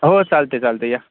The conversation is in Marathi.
हो चालतं आहे चालतं आहे या